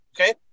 okay